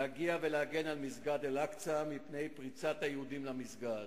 להגיע ולהגן על מסגד אל-אקצא מפני פריצת היהודים למסגד.